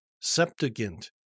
Septuagint